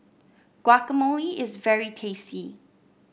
guacamole is very tasty